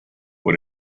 por